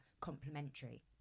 complementary